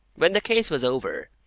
when the case was over,